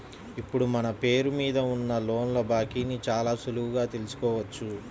ఇప్పుడు మన పేరు మీద ఉన్న లోన్ల బాకీని చాలా సులువుగా తెల్సుకోవచ్చు